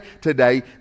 today